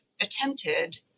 attempted